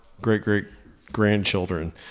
great-great-grandchildren